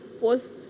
post